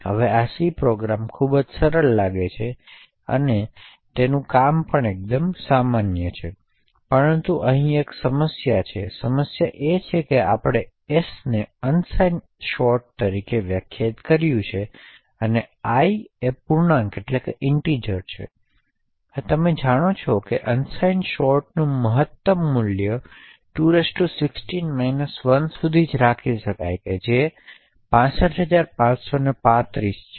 હવે આ C program ખૂબ સરળ લાગે છે તે કામ કરવાની દંડ લાગે પરંતુ ત્યાં એક સમસ્યા છે સમસ્યા એ છે કે આપણે s ને unsigned short તરીકે વ્યાખ્યાયિત કર્યું છે અને i પૂર્ણાંક છે જેમ તમે જાણો છો unsigned short નું મહત્તમ મૂલ્ય 2 16 1 સુધી રાખી શકાય છે જે 65535 છે